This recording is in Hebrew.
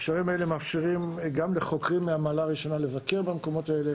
הקשרים האלה מאפשרים גם לחוקרים מהמעלה הראשונה לבקר במקומות האלה